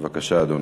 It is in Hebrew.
בבקשה, אדוני.